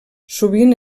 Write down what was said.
sovint